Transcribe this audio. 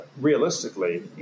Realistically